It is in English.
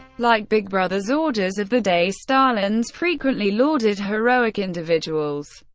like big brother's orders of the day, stalin's frequently lauded heroic individuals,